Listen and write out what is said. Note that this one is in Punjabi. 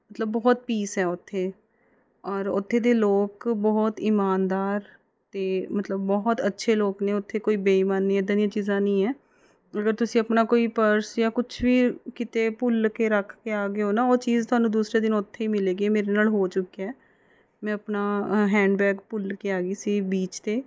ਮਤਲਬ ਬਹੁਤ ਪੀਸ ਹੈ ਉੱਥੇ ਔਰ ਉੱਥੇ ਦੇ ਲੋਕ ਬਹੁਤ ਇਮਾਨਦਾਰ ਅਤੇ ਮਤਲਬ ਬਹੁਤ ਅੱਛੇ ਲੋਕ ਨੇ ਉੱਥੇ ਕੋਈ ਬੇਈਮਾਨੀ ਇੱਦਾਂ ਦੀਆਂ ਚੀਜ਼ਾਂ ਨਹੀਂ ਹੈ ਅਗਰ ਤੁਸੀਂ ਆਪਣਾ ਕੋਈ ਪਰਸ ਜਾਂ ਕੁਛ ਵੀ ਕਿਤੇ ਭੁੱਲ ਕੇ ਰੱਖ ਕੇ ਆ ਗਏ ਹੋ ਨਾ ਉਹ ਚੀਜ਼ ਤੁਹਾਨੂੰ ਦੂਸਰੇ ਦਿਨ ਉੱਥੇ ਹੀ ਮਿਲੇਗੀ ਇਹ ਮੇਰੇ ਨਾਲ ਹੋ ਚੁੱਕਿਆ ਮੈਂ ਆਪਣਾ ਹੈਂਡ ਬੈਗ ਭੁੱਲ ਕੇ ਆ ਗਈ ਸੀ ਬੀਚ 'ਤੇ